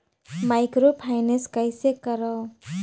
Microfinance कइसे करव?